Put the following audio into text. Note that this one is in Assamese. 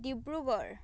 ডিব্ৰুগড়